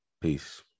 Peace